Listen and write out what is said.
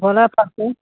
बोलय पड़तय